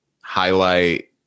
highlight